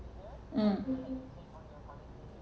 mm